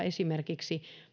esimerkiksi